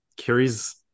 carries